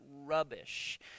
rubbish